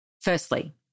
Firstly